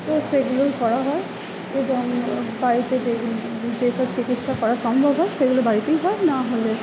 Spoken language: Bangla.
তো সেগুলোই করা হয় এবং বাড়িতে যেগুলো যেসব চিকিৎসা করা সম্ভব হয় সেগুলো বাড়িতেই হয় নাহলে